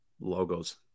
logos